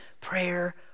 prayer